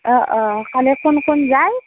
অঁ অঁ কালি কোন কোন যায়